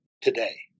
today